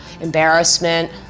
embarrassment